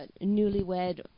newlywed